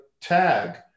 tag